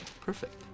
Perfect